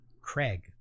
Craig